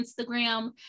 Instagram